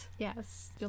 Yes